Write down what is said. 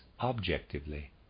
objectively